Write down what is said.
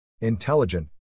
Intelligent